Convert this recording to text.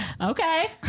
okay